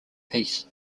peace